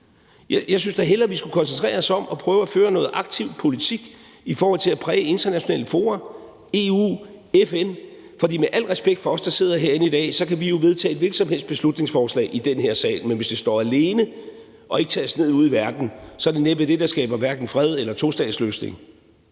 Jeg synes da hellere, vi skulle koncentrere os om at prøve at føre noget aktiv politik i forhold til at præge internationale fora – EU, FN. For med al respekt for os, der sidder herinde i dag, så kan vi jo vedtage et hvilket som helst beslutningsforslag i den her sal, men hvis det står alene og ikke tages ned ude i verden, er det næppe det, der skaber hverken fred eller en tostatsløsning.